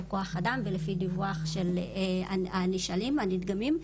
כח אדם על פי דיווח של הנשאלים והנדגמים,